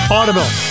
Audible